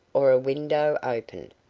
or a window opened.